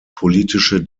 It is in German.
politische